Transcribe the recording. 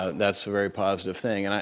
ah that's a very positive thing. and